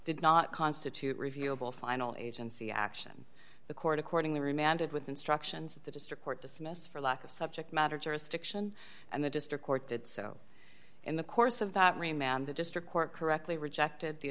did not constitute reviewable final agency action the court accordingly remanded with instructions that the district court dismissed for lack of subject matter jurisdiction and the district court did so in the course of that rain man the district court correctly rejected the